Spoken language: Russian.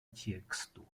тексту